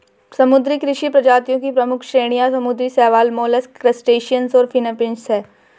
समुद्री कृषि प्रजातियों की प्रमुख श्रेणियां समुद्री शैवाल, मोलस्क, क्रस्टेशियंस और फिनफिश हैं